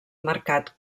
marcat